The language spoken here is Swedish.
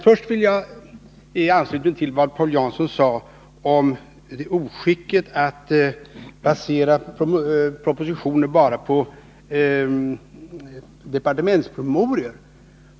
Jag vill först kommentera vad Paul Jansson sade om oskicket att basera propositioner bara på departementspromemorior.